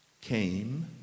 Came